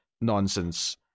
nonsense